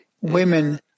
women